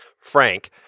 Frank